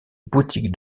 boutiques